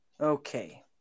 Okay